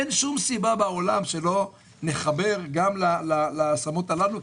אין שום סיבה בעולם שלא נחבר גם להשמות האלו.